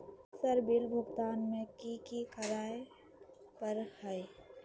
Sir bill भुगतान में की की कार्य पर हहै?